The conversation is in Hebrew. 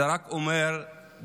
זה רק אומר דרשני,